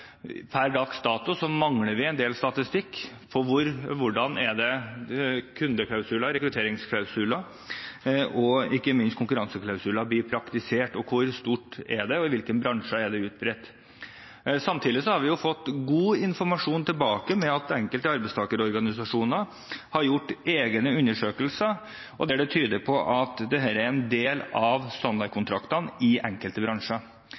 per dags dato mangler vi en del statistikk på hvordan kundeklausuler, rekrutteringsklausuler og ikke minst konkurranseklausuler blir praktisert, hvor stort dette er, og i hvilke bransjer det er utbredt. Samtidig har vi fått god informasjon tilbake om at enkelte arbeidstakerorganisasjoner har gjort egne undersøkelser, der det tyder på at dette er en del av standardkontraktene i enkelte bransjer.